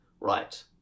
right